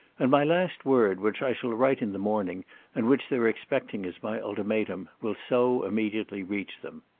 and my last word, which i shall write in the morning and which they're expecting as my ultimatum, will so immediately reach them.